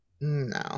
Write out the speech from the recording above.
No